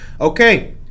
Okay